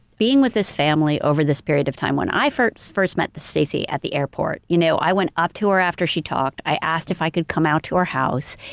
being with this family over this period of time. when i first first met stacey at the airport, you know i went up to her after she talked, i asked if i could come out to her house.